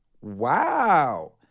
Wow